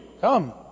Come